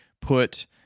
put